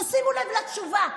תשימו לב לתשובה.